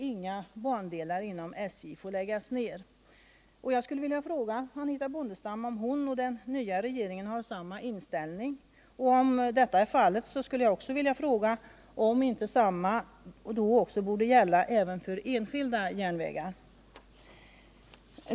Jag skulle vilja fråga Anitha Bondestam om hon och den nya regeringen har samma inställning. Om detta är fallet skulle jag också vilja fråga om inte samma sak då borde gälla även för enskilda järnvägar.